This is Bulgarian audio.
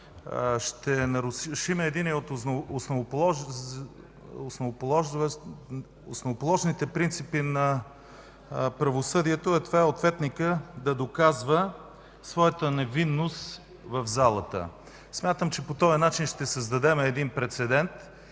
ще нарушим един от основополагащите принципи на правосъдието – ответникът да доказва своята невинност в залата. Считам, че по този начин ще създадем прецедент